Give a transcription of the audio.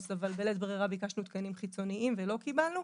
אבל בלית ברירה ביקשנו תקנים חיצוניים ולא קיבלנו.